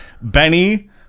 Benny